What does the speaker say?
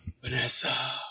Vanessa